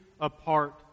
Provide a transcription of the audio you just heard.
apart